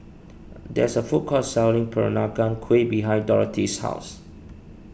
there is a food court selling Peranakan Kueh behind Dorthy's house